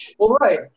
right